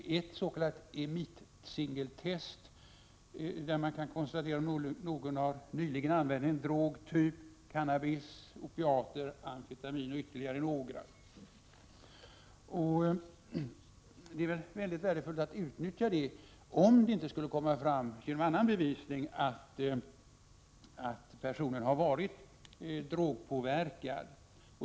Det s.k. EMIT SingelTest gör det möjligt att konstatera om någon nyligen har använt en drog typ cannabis, opiater, amfetamin och ytterligare några. Det vore väl värdefullt att utnyttja detta, om det inte skulle komma fram genom annan bevisning att personen har varit drogpåverkad?